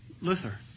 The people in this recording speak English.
Luther